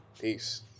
Peace